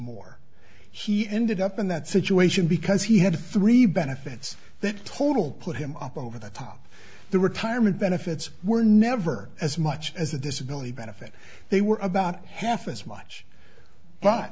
more he ended up in that situation because he had three benefits that total put him up over the top the retirement benefits were never as much as a disability benefit they were about half as much b